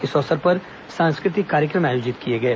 इस अवसर पर सांस्कृतिक कार्यक्रम आयोजित किए गए